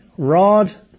Rod